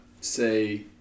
say